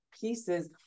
pieces